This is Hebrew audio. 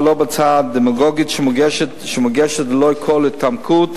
ולא בהצעה דמגוגית שמוגשת ללא כל התעמקות